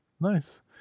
Nice